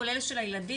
כולל של הילדים,